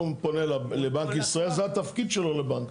הוא פונה לבנק ישראל, זה התפקיד שלו לבנק,